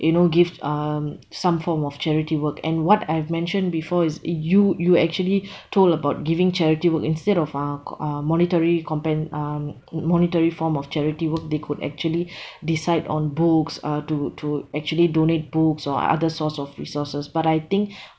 you know give um some form of charity work and what I have mentioned before is you you actually told about giving charity work instead of uh co~ uh monetary compen~ um mo~ monetary form of charity work they could actually decide on books uh to to actually donate books or other source of resources but I think